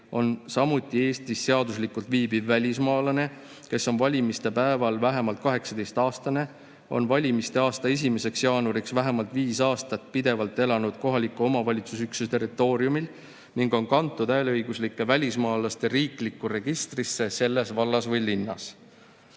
on samuti Eestis seaduslikult viibiv välismaalane, kes on valimiste päeval vähemalt 18-aastane, on valimiste aasta 1. jaanuariks vähemalt viis aastat pidevalt elanud kohaliku omavalitsuse üksuse territooriumil ning on kantud hääleõiguslike välismaalaste riiklikku registrisse selles vallas või linnas.